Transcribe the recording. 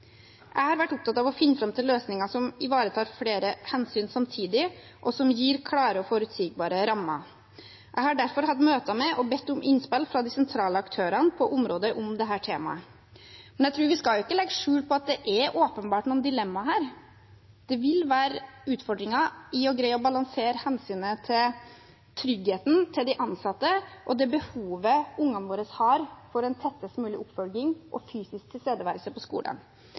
Jeg har vært opptatt av å finne fram til løsninger som ivaretar flere hensyn samtidig, og som gir klare og forutsigbare rammer. Jeg har derfor hatt møter med og bedt om innspill fra de sentrale aktørene på området om dette temaet. Men vi skal ikke legge skjul på at det åpenbart er noen dilemmaer her. Det vil være utfordringer i å greie å balansere hensynet til tryggheten til de ansatte og det behovet ungene våre har for en tettest mulig oppfølging og fysisk tilstedeværelse på skolen.